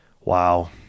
wow